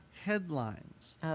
Headlines